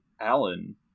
Alan